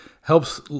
helps